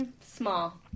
Small